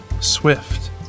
swift